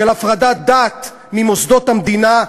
של הפרדת דת ממוסדות המדינה,